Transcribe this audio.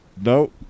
Nope